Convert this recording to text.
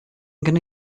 gonna